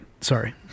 Sorry